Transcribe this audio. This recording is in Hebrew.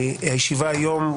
הישיבה היום,